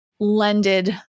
lended